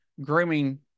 grooming